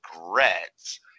regrets